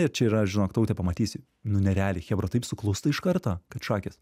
ir čia yra žinok taute pamatysi nu nerealiai chebra taip suklūsta iš karto kad šakės